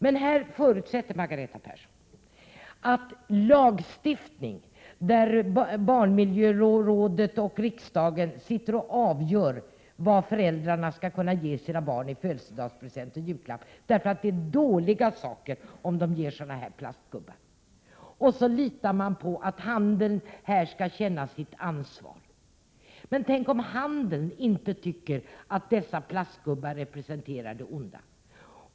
Men här förutsätter Margareta Persson att det skall vara en lagstiftning som innebär att barnmiljörådet och riksdagen sitter och avgör vad föräldrarna skall ge sina barn i födelsedagspresent och julklapp — därför att de ger dåliga saker om de ger sådana här plastgubbar som det har talats om. Och så litar man på att handeln skall känna sitt ansvar. Men tänk om handeln inte tycker att dessa plastgubbar representerar det onda!